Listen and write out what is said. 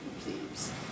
please